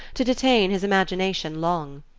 to detain his imagination long.